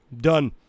Done